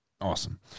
Awesome